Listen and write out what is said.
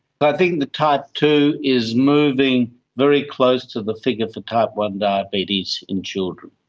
but i think the type two is moving very close to the figure for type one diabetes in children.